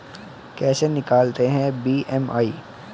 कैसे निकालते हैं बी.एम.आई?